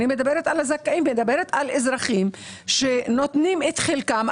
אני מדברת על אזרחים שנותנים את חלקם,